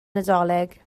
nadolig